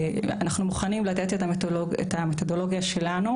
אנחנו מוכנים לתת את המתודולוגיה שלנו